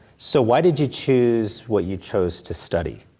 so why did you choose what you chose to study?